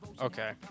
okay